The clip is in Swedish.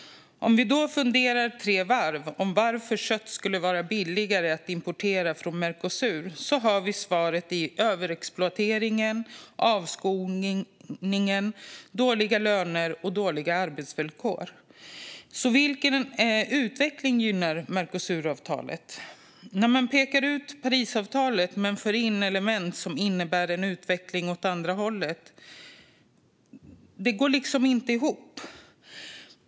Om vi funderar tre varv på varför kött skulle bli billigare att importera från Mercosur hittar vi svaret i överexploateringen, avskogningen, dåliga löner och dåliga arbetsvillkor. Vilken utveckling gynnar Mercosuravtalet? Man pekar ut Parisavtalet men för in element som innebär en utveckling åt andra hållet. Det går liksom inte ihop.